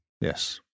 yes